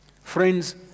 Friends